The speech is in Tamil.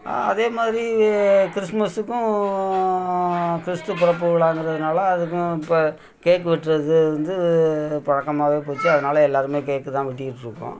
அதே மாதிரி கிறிஸ்மஸ்ஸுக்கும் கிறிஸ்து பிறப்பு விழாங்கிறதுனால அதுக்கும் இப்போ கேக் வெட்டுறது வந்து பழக்கமாகவே போச்சு அதனால் எல்லாருமே கேக்கு தான் வெட்டிக்கிட்ருக்கோம்